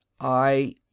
I